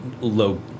low